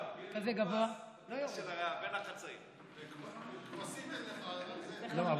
אני מניחה שהשם הודיה מונסונגו מוכר לכם.